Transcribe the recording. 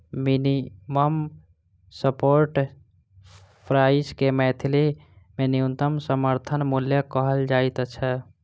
minimum support price के मैथिली मे न्यूनतम समर्थन मूल्य कहल जाइत छै